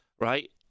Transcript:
right